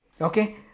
Okay